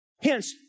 Hence